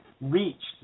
reached